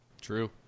True